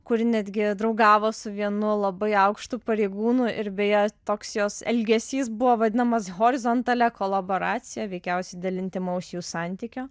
kuri netgi draugavo su vienu labai aukštu pareigūnu ir beje toks jos elgesys buvo vadinamas horizontalia kolaboracija veikiausiai dėl intymaus jų santykio